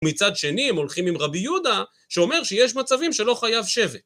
ומצד שני הם הולכים עם רבי יהודה, שאומר שיש מצבים שלא חייב שבת.